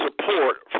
support